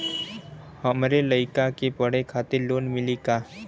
हमरे लयिका के पढ़े खातिर लोन मिलि का?